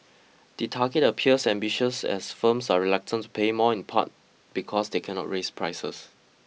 the target appears ambitious as firms are reluctant to pay more in part because they cannot raise prices